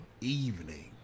evening